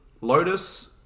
Lotus